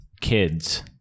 kids